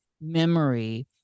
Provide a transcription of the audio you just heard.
memory